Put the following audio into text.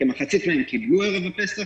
כמחצית מהן קיבלו ערב פסח.